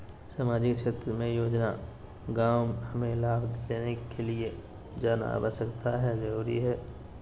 सामाजिक क्षेत्र योजना गांव हमें लाभ लेने के लिए जाना आवश्यकता है आवश्यकता है?